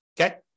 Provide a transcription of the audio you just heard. Okay